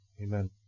amen